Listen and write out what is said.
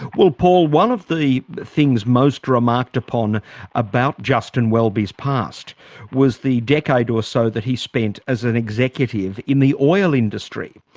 well, paul one of the things most remarked upon about justin welby's past was the decade or so that he spent as an executive in the oil industry.